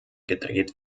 gedreht